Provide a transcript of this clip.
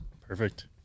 Perfect